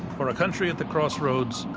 for a country at the crossroads,